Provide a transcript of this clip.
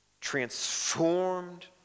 transformed